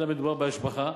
אלא מדובר בהשבחה,